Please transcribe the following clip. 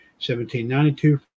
1792